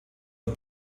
der